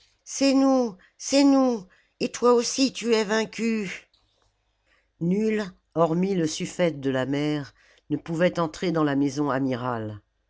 c'est nous c'est nous et toi aussi tu es vaincu nul hormis le sufïète de la mer ne pouvait entrer dans la maison amiral